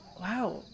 wow